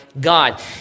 God